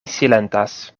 silentas